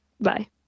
Bye